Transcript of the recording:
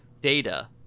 Data